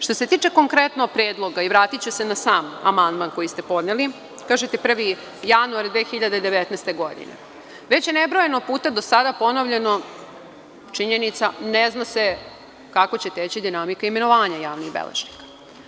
Što se tiče konkretno predloga i vratiću se na sam amandman koji ste podneli, kažete 1. januar 2019. godine. već je nebrojeno puta do sada ponovljena činjenica, ne zna se kako će teći dinamika imenovanja javnih beležnika.